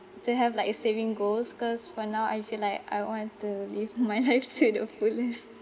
to have like a saving goals cause for now I feel like I want to live my life to the fullest